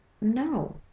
no